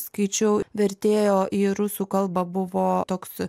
skaičiau vertėjo į rusų kalbą buvo toks